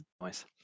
Nice